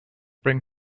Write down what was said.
bring